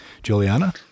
Juliana